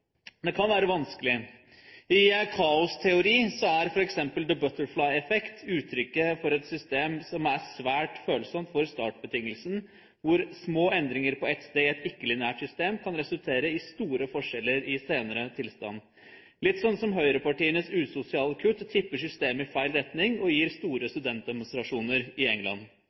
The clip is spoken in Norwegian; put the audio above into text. det kan være vanskelig. I kaosteori er f.eks. The Butterfly Effect uttrykket for et system som er svært følsomt for startbetingelsen, hvor små endringer på ett sted i et ikke-lineært system kan resultere i store forskjeller i en senere tilstand – litt sånn som høyrepartienes usosiale kutt tipper systemet i feil retning og gir store studentdemonstrasjoner i England.